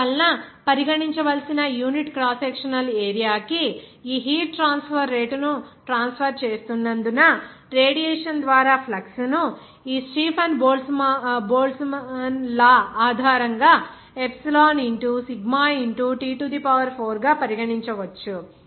అందువల్లపరిగణించవలసిన unit cross sectional area కి ఈ heat transfer rate ను ట్రాన్స్ఫర్ చేస్తున్నందున రేడియేషన్ ద్వారా ఫ్లక్స్ ను ఈ స్టీఫన్ బోల్ట్జ్మాన్ లా ఆధారంగా epsilon into sigma into T to the power 4 గా పరిగణించవచ్చు